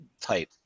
type